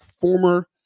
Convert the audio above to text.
former